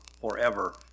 forever